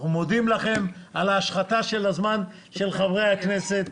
אנחנו מודים לכם על ההשחתה של הזמן של חברי הכנסת,